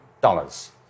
dollars